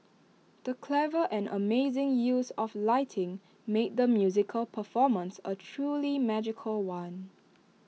the clever and amazing use of lighting made the musical performance A truly magical one